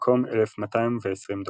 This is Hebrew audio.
במקום 1,220 דולר.